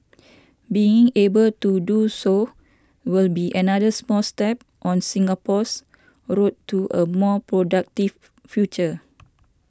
being able to do so will be another small step on Singapore's road to a more productive future